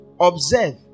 observe